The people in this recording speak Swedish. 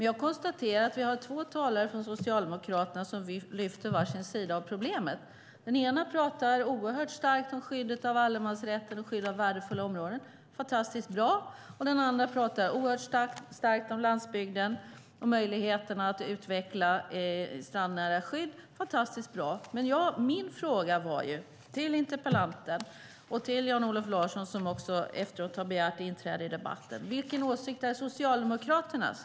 Jag konstaterar att vi har två talare från Socialdemokraterna som lyfter fram varsin sida av problemet. Den ena pratar oerhört starkt om skyddet av allemansrätten och skyddet av värdefulla områden. Det är fantastiskt bra. Den andra pratar oerhört starkt om landsbygden och möjligheten att utveckla strandnära skydd. Det är fantastiskt bra. Men min fråga till interpellanten och till Jan-Olof Larsson, som också har begärt inträde i debatten, var: Vilken åsikt är Socialdemokraternas?